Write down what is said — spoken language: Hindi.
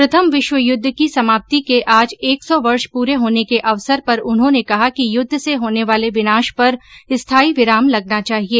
प्रथम विश्वयुद्ध की समाप्ति के आज एक सौ वर्ष पूरे होने के अवसर पर उन्होंने कहा कि युद्ध से होने वाले विनाश पर स्थाई विराम लगना चाहिए